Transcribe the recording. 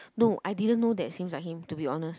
no I didn't know that seems like him to be honest